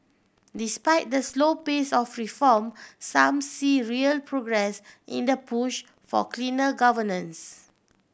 despite the slow pace of reform some see real progress in the push of cleaner governance